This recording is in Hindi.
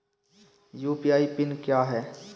यू.पी.आई पिन क्या है?